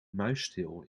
muisstil